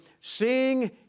seeing